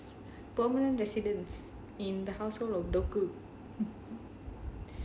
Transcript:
it has residents permanent residents in the household of doku